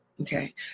Okay